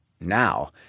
Now